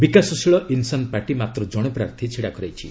ବିକାଶଶୀଳ Insaan party ମାତ୍ର ଜଣେ ପ୍ରାର୍ଥୀ ଛିଡ଼ା କରାଇଛି